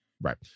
Right